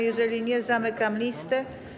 Jeżeli nie, zamykam listę.